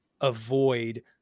avoid